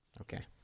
Okay